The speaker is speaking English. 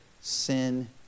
sin